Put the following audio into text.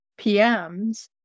PMs